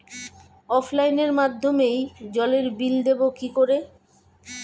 অফলাইনে মাধ্যমেই জলের বিল দেবো কি করে?